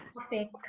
topic